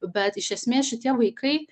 bet iš esmės šitie vaikai